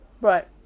Right